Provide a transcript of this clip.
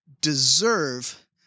deserve